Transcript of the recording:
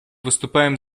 выступаем